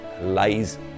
lies